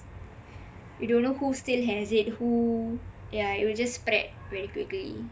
you don;t know who still has it who yah it will just spread very quickly